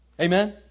Amen